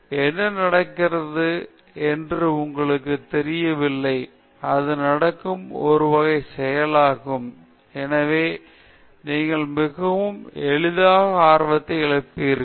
எனவே என்ன நடக்கிறது என்று உங்களுக்குத் தெரியவில்லை அது நடக்கும் ஒரு செயலாகும் எனவே நீங்கள் மிகவும் எளிதாக ஆர்வத்தை இழப்பீர்கள்